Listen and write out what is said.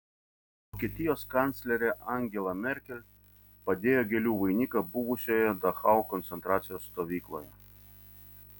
vokietijos kanclerė angela merkel padėjo gėlių vainiką buvusioje dachau koncentracijos stovykloje